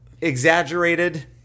exaggerated